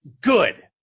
good